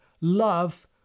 love